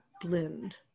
blend